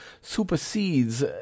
supersedes